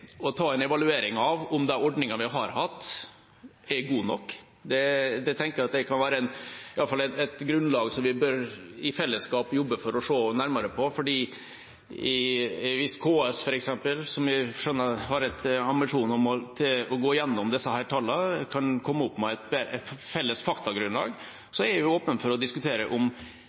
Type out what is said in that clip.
å ta en evaluering av om de ordningene vi har hatt, er gode nok. Det tenker jeg at iallfall kan være et grunnlag vi i fellesskap bør jobbe for å se nærmere på. Hvis f.eks. KS, som jeg skjønner har en ambisjon om å gå gjennom disse tallene, kan komme opp med et felles faktagrunnlag, er jeg åpen for å diskutere om